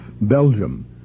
Belgium